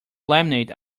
laminate